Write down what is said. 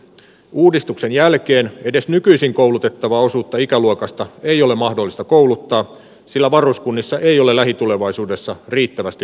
uudistuksen jälkeen edes nykyisin koulutettavaa osuutta ikäluokasta ei ole mahdollista kouluttaa sillä varuskunnissa ei ole lähitulevaisuudessa riittävästi